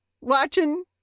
watching